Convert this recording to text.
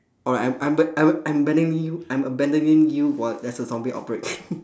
oh I'm I'm I'm I'm abandoning you I'm abandoning you while there's a zombie outbreak